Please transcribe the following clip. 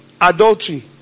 adultery